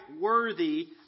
worthy